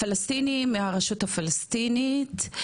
פלסטיני מהרשות הפלסטינית.